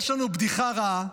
יש לנו בדיחה רעה: